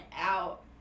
out